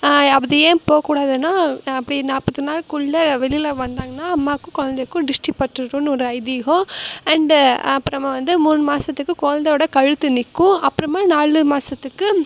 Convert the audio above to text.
அது ஏன் போகக்கூடாதுனா அப்படி நாற்பது நாள்குள்ளே வெளியில வந்தாங்கனால் அம்மாக்கும் கொழந்தைக்கும் திருஷ்டிபட்டுடுன்னு ஒரு ஐதீகம் அண்டு அப்புறமா வந்து மூணு மாதத்துக்கு கொழந்தையோட கழுத்து நிற்கும் அப்புறமா நாலு மாதத்துக்கு